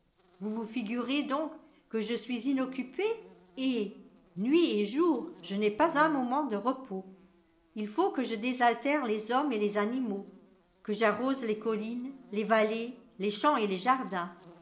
vous vous figurez donc que je suis inoccupé ehl nuit et jour je n'ai pas un moment de repos il faut que je désaltère les hommes et les animaux que j'arrose les collines les vallées les champs et les jardins